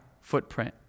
footprint